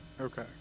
Okay